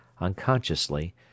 unconsciously